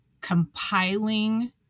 compiling